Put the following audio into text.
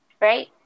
right